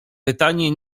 pytanie